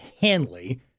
Hanley